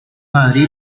madrid